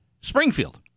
Springfield